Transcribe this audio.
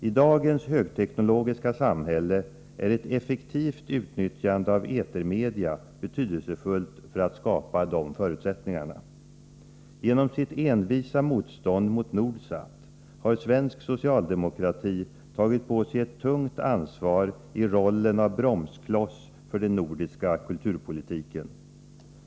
I dagens högteknologiska samhälle är ett effektivt utnyttjande av etermedia betydelsefullt för att skapa de förutsättningarna. Genom sitt envisa motstånd mot Nordsat har svensk socialdemokrati tagit på sig ett tungt ansvar i rollen av bromskloss för den nordiska kulturpolitiken.